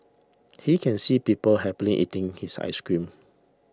he can see people happily eating his ice cream